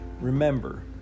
Remember